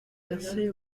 percés